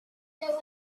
there